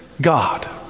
God